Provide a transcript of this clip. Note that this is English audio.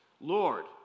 Lord